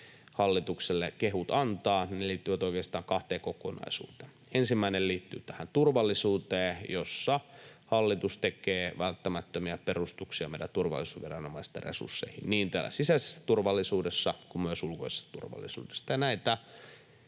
hallitukselle kehut antaa, ne liittyvät oikeastaan kahteen kokonaisuuteen: Ensimmäinen liittyy tähän turvallisuuteen, jossa hallitus tekee välttämättömiä perustuksia meidän turvallisuusviranomaisten resursseihin niin sisäisessä turvallisuudessa kuin myös ulkoisessa turvallisuudessa.